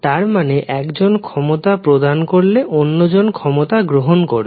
তার মানে একজন ক্ষমতা প্রদান করলে অন্য জন ক্ষমতা গ্রহণ করবে